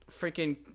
freaking